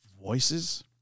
voices